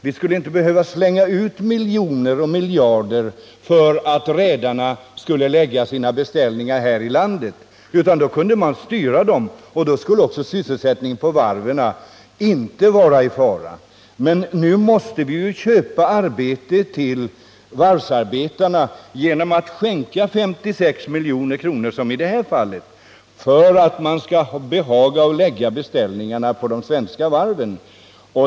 Vi skulle då inte behöva slänga ut miljoner och miljarder för att redarna skulle lägga sina beställningar här i landet. Om rederierna vore statsägda skulle man kunna styra beställningarna, och då skulle sysselsättningen på varven inte vara i fara. Men nu måste vi köpa arbeten till varvsarbetarna genom att, så som i det här fallet, skänka 56 milj.kr. för att rederiet skall behaga lägga beställningen på ett svenskt varv.